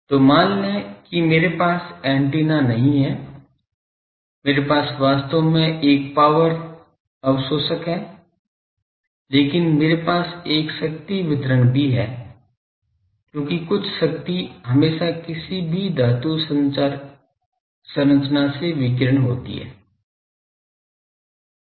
तो मान लें कि मेरे पास एंटीना नहीं है मेरे पास वास्तव में एक पावर अवशोषक है लेकिन मेरे पास एक शक्ति वितरण भी है क्योंकि कुछ शक्ति हमेशा किसी भी धातु संरचना से विकीर्ण होगी